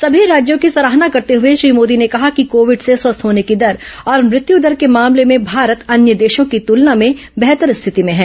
सभी राज्यों की सराहना करते हुए श्री मोदी ने कहा कि कोविड से स्वस्थ होने की दर और मृत्यु दर के मामले में भारत अन्य देशों की तूलना में बेहतर स्थिति में है